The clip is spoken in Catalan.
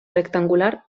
rectangular